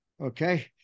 Okay